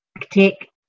take